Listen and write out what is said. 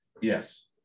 Yes